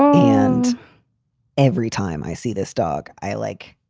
and every time i see this dog i like,